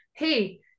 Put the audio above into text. hey